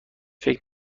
فکر